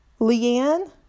leanne